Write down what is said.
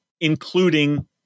including